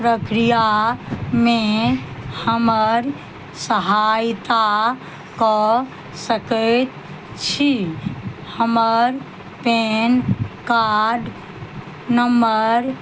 प्रक्रियामे हमर सहायता कऽ सकैत छी हमर पेन कार्ड नंबर